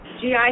GI